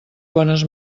bones